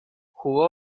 jugó